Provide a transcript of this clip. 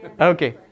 okay